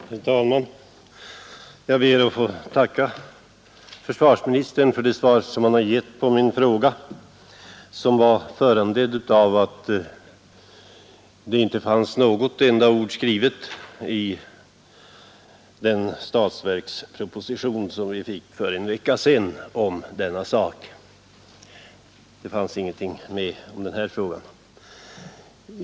Herr talman! Jag ber att få tacka försvarsministern för det svar som han gett på min fråga, som var föranledd av att i den statsverksproposition som vi fick för en vecka sedan inte fanns ett enda ord skrivet om denna sak.